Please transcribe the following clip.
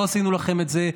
לא עשינו לכם את זה,